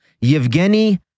Yevgeny